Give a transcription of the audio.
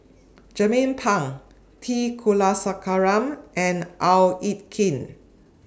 Jernnine Pang T Kulasekaram and Au Hing Yee